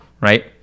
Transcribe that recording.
Right